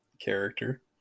character